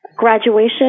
graduation